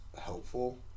helpful